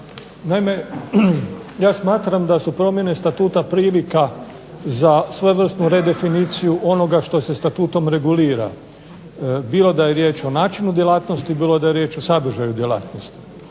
Naime, ja smatram da su promjene Statuta prilika za svojevrsnu redefiniciju onoga što se Statutom regulira. Bilo da je riječ o načinu djelatnosti, bilo da je riječ o sadržaju djelatnosti.